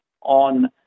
on